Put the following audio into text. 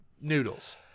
noodles